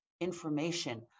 information